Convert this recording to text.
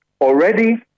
already